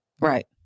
Right